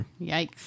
Yikes